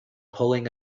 pulling